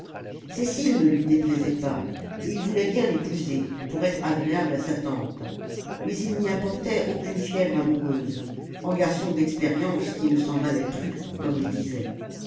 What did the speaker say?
cécile ne lui déplaisait pas et il voulait bien l'épouser pour être agréable à sa tante mais il n'y apportait aucune fièvre amoureuse en garçon d'expérience qui ne s'emballait plus comme il disait